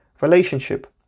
relationship